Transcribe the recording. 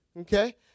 okay